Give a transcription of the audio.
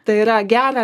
tai yra gera